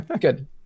Good